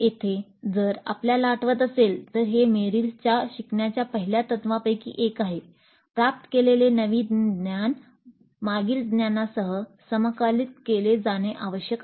येथे जर आपल्याला आठवत असेल तर हे मेरिलच्या शिकण्याच्या पहिल्या तत्त्वांपैकी एक आहे प्राप्त केलेले नवीन ज्ञान मागील ज्ञानासह समाकलित केले जाणे आवश्यक आहे